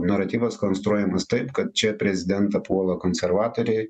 naratyvas konstruojamas taip kad čia prezidentą puola konservatoriai